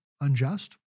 unjust